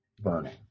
burning